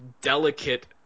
delicate